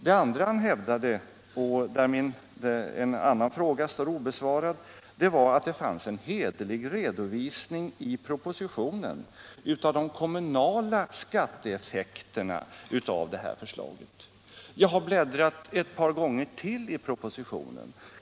Det andra han hävdade, och där en annan fråga står obesvarad, var att det i propositionen fanns en hederlig redovisning av de kommunala skatteeffekterna av det här förslaget. Jag har bläddrat ett par gånger till i propositionen.